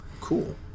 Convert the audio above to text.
cool